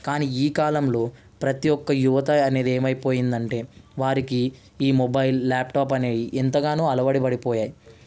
కానీ ఈ కాలంలో ప్రతి ఒక్క యువత అనేది ఏమైపోయిందంటే వారికి ఈ మొబైల్ ల్యాప్టాప్ అనేవి ఎంతగానో అలవాటు పడిపోయాయి